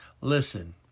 listen